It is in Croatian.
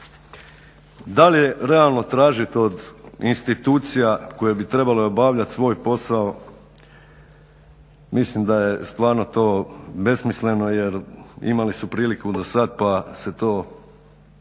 Da li je realno tražiti od institucija koje bi trebale obavljati svoj posao mislim da je stvarno to besmisleno jer imali su priliku dosad pa se to